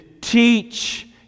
teach